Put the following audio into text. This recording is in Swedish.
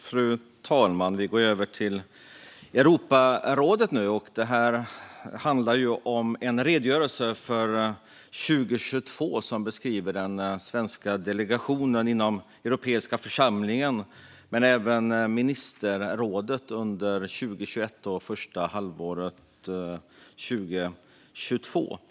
Fru talman! Vi går nu över till Europarådet. Detta ärende handlar om en redogörelse för 2022 som beskriver den svenska delegationens arbete inom den parlamentariska församlingen. Även ministerrådet under 2021 och första halvåret 2022 ingår i detta.